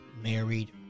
Married